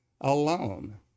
alone